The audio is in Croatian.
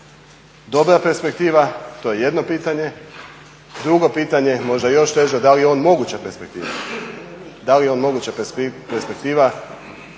dobra perspektiva? To je jedno pitanje. Drugo pitanje je možda još teže, da li je on moguća perspektiva? Za 6 mjeseci